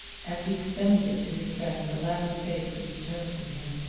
as he extended it to his friend the latter's face was turned from him.